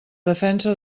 defensa